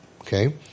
okay